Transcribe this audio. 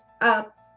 up